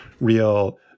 real